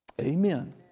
Amen